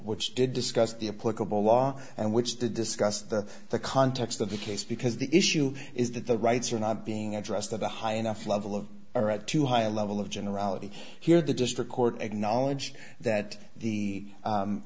which did discuss the a political law and which did discuss the the context of the case because the issue is that the rights are not being addressed at the high enough level of or at too high a level of generality here the district court acknowledged that the